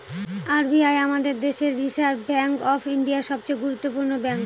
R B I আমাদের দেশের reserve bank of India, সবচে গুরুত্বপূর্ণ ব্যাঙ্ক